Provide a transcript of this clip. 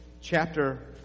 chapter